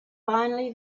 finally